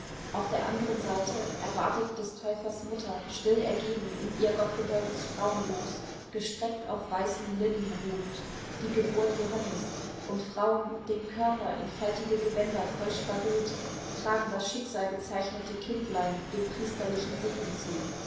auf der anderen seite erwartet des täufers mutter still ergeben in ihr gottgewolltes frauenlos gestreckt auf weißen linnen ruhend die geburt johannis und frauen den körper in faltige gewänder keusch verhüllt tragen das schicksalgezeichnete kindlein dem priesterlichen segen zu